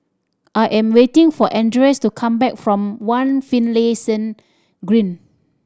I am waiting for Andreas to come back from One Finlayson Green